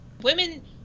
women